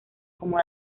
como